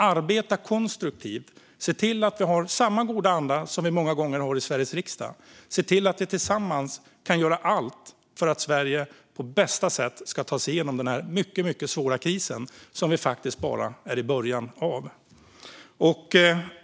Arbeta konstruktivt! Se till att ha samma goda anda som vi många gånger har i Sveriges riksdag! Se till att vi tillsammans kan göra allt för att Sverige på bästa sätt ska ta sig igenom den här mycket svåra kris som vi faktiskt bara är i början av.